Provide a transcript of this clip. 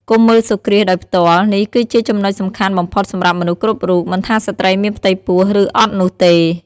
កុំមើលសូរ្យគ្រាសដោយផ្ទាល់ នេះគឺជាចំណុចសំខាន់បំផុតសម្រាប់មនុស្សគ្រប់រូប មិនថាស្ត្រីមានផ្ទៃពោះ ឬអត់នោះទេ ។